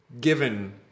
given